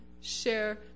share